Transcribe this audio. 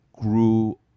grew